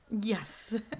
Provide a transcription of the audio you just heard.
Yes